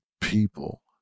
people